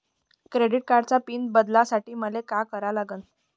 Credit कार्डाचा PIN बदलासाठी मले का करा लागन?